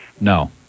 No